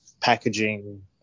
packaging